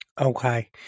Okay